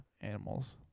animals